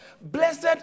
Blessed